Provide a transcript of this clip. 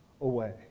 away